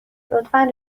لطفا